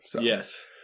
Yes